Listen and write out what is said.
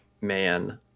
man